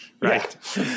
Right